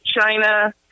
China